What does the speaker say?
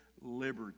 liberty